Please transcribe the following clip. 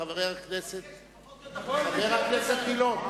חבר הכנסת גילאון.